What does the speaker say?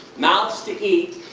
mouths to eat,